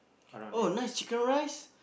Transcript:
oh nice chicken-rice